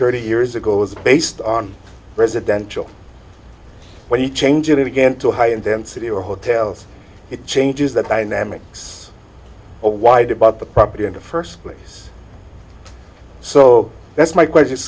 thirty years ago is based on residential when you change it again to high intensity or hotels it changes the dynamics or why did bought the property in the first place so that's my question i